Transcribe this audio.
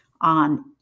on